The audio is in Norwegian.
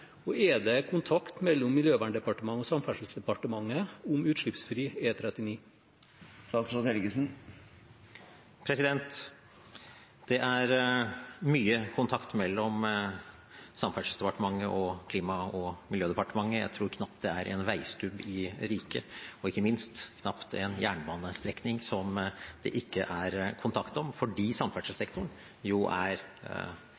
Og er det kontakt mellom Miljødepartementet og Samferdselsdepartementet om utslippsfri E39? Det er mye kontakt mellom Samferdselsdepartementet og Klima- og miljødepartementet. Jeg tror knapt det er en veistubb i riket, og ikke minst knapt en jernbanestrekning, som det ikke er kontakt om, fordi